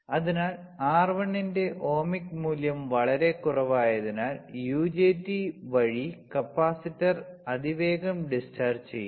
അതിനാൽ R1 ന്റെ ohmic മൂല്യം വളരെ കുറവായതിനാൽ UJT വഴി കപ്പാസിറ്റർ അതിവേഗം ഡിസ്ചാർജ് ചെയ്യും